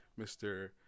Mr